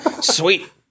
Sweet